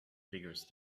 figures